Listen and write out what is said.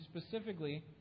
specifically